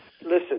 Listen